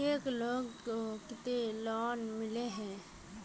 एक लोग को केते लोन मिले है?